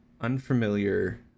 Unfamiliar